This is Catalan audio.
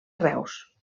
reus